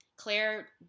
Claire